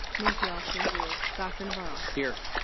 ms. yelsey. here. dr. navarro. here.